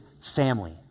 family